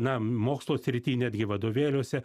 na mokslo srity netgi vadovėliuose